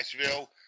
Nashville